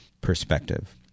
perspective